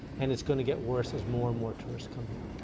and it's going to get worse as more and more tourists come here.